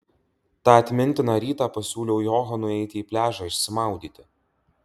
tą atmintiną rytą pasiūliau johanui eiti į pliažą išsimaudyti